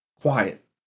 quiet